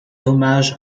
hommage